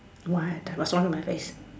what what's wrong with my face